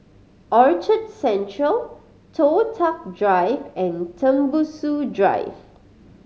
Orchard Central Toh Tuck Drive and Tembusu Drive